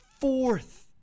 Fourth